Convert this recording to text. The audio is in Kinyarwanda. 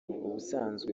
ubusanzwe